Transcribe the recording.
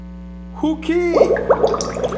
সুখী